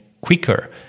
quicker